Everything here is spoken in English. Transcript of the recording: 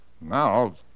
now